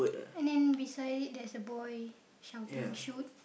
and then beside it there's a boy shouting shoot